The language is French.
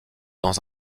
dans